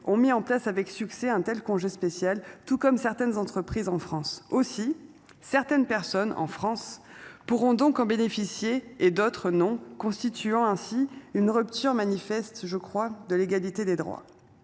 ont mis en place avec succès un tel congé spécial, tout comme certaines entreprises en France aussi certaines personnes en France pourront donc en bénéficier et d'autres non, constituant ainsi une rupture manifeste je crois de l'égalité des droits.